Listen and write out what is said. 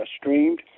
streamed